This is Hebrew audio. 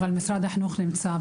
אבל משרד החינוך נמצא.